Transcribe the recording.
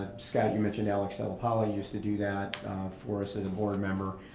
ah scott, you mentioned alex delappoli used to do that for us as a board member.